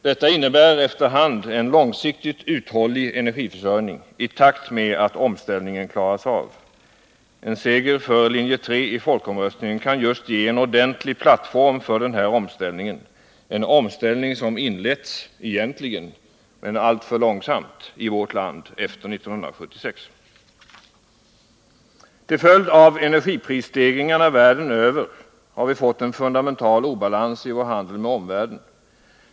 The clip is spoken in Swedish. Detta innebär en efter hand långsiktigt uthållig energiförsörjning, i takt med att omställningen klaras av. En seger för linje 3 i folkomröstningen kan just bli en ordentlig plattform för denna omställning — en omställning som egentligen inletts, men alltför långsamt, i vårt land efter 1976. Till följd av energiprisstegringarna världen över befinner sig vår handel med omvärlden i fundamental obalans.